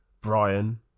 Brian